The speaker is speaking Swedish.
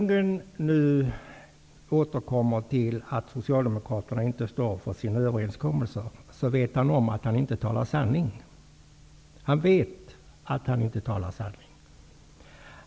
Bo Lundgren återkommer nu till att Socialdemokraterna inte står för sina överenskommelser, men han vet då om att han inte talar sanning. Han vet att han inte talar sanning.